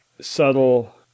subtle